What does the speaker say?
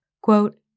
Quote